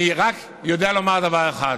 אני רק יודע לומר דבר אחד: